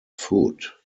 food